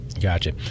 Gotcha